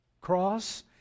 cross